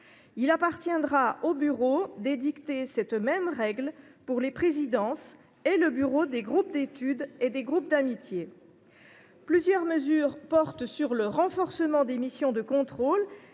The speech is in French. Il appartiendra au Bureau d’édicter cette même règle pour les présidences et pour le bureau des groupes d’études et des groupes d’amitié. Plusieurs mesures portent par ailleurs sur le renforcement des missions de contrôle